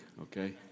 okay